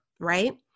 Right